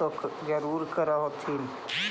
तो जरुरे कर होथिं?